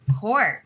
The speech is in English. court